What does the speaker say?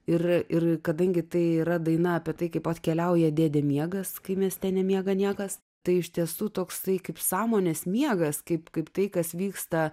ir kadangi tai yra daina apie tai kaip atkeliauja dėdė miegas kai mieste nemiega niekas tai iš tiesų toks tai kaip sąmonės miegas kaip kaip tai kas vyksta